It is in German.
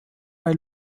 bei